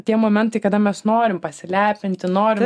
tie momentai kada mes norim pasilepinti norim